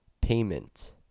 payment